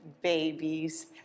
Babies